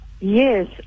Yes